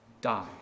die